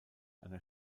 einer